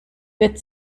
wird